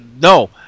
no